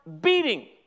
beating